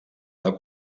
dels